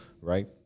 right